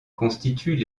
constituent